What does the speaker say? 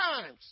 times